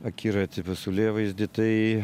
akiratį pasaulėvaizdį